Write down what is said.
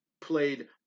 played